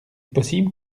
possible